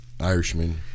Irishman